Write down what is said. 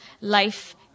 life